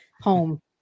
home